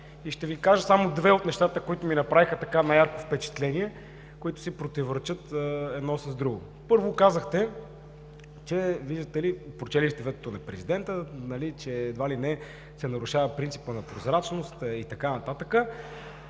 И ще ви кажа само две от нещата, които ми направиха най-яко впечатление, които си противоречат едно с друго. Първо, казахте, че Вие сте прочели ветото на президента и че едва ли не се нарушава принципът на прозрачността и така нататък,